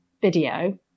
video